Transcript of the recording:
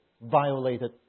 violated